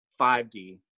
5D